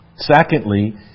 Secondly